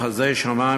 בחסדי שמים,